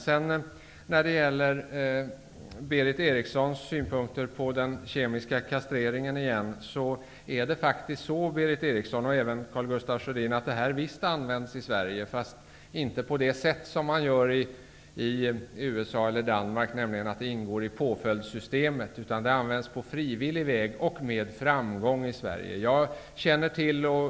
När det sedan gäller Berith Erikssons synpunkter på den kemiska kastreringen vill jag till Berith Eriksson och i viss mån till Karl Gustaf Sjödin säga, att kemisk kastrering visst används i Sverige fast inte på det sätt som man gör i USA eller Danmark, dvs. att det ingår i påföljdssystemet. Det används i Sverige med framgång på frivillig väg. Jag känner till detta.